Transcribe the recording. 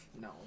no